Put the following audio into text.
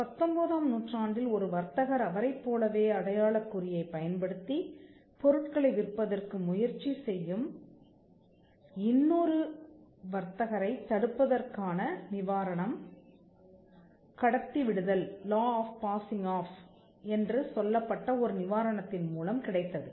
பத்தொன்பதாம் நூற்றாண்டில் ஒரு வர்த்தகர் அவரைப்போலவே அடையாளக் குறியைப் பயன்படுத்திப் பொருட்களை விற்பதற்கு முயற்சி செய்யும் இன்னொரு வர்த்தகரைத் தடுப்பதற்கான நிவாரணம் கடத்தி விடுதல் என்று சொல்லப்பட்ட ஒரு நிவாரணத்தின் மூலம் கிடைத்தது